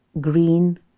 green